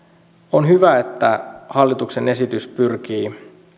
on hallituksen esitys pyrkii